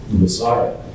Messiah